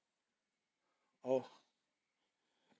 orh